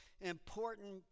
important